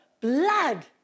blood